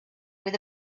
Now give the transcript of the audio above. with